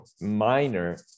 minor